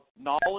knowledge